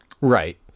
Right